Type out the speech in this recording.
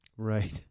Right